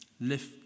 lift